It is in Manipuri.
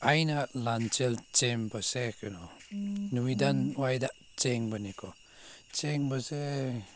ꯑꯩꯅ ꯂꯝꯖꯦꯜ ꯆꯦꯟꯕꯁꯦ ꯀꯩꯅꯣ ꯅꯨꯃꯤꯗꯥꯡꯋꯥꯏꯗ ꯆꯦꯟꯕꯅꯤꯀꯣ ꯆꯦꯟꯕꯁꯦ